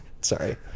Sorry